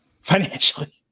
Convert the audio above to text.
financially